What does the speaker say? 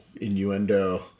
innuendo